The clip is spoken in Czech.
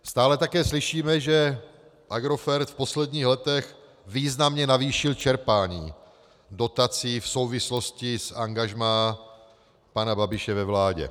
Stále také slyšíme, že Agrofert v posledních letech významně navýšil čerpání dotací v souvislosti s angažmá pana Babiše ve vládě.